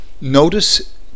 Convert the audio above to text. Notice